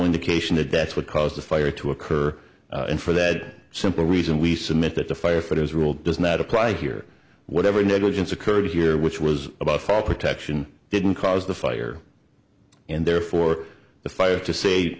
indication that that's what caused the fire to occur and for that simple reason we submit that the firefighters rule does not apply here whatever negligence occurred here which was about for protection didn't cause the fire and therefore the fire to sa